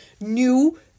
new